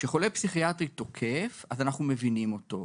כשחולה פסיכיאטרי תוקף, אז אנחנו מבינים אותו,